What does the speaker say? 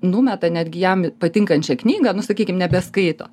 numeta netgi jam patinkančią knygą nu sakykim nebeskaito